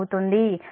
కాబట్టి అది 313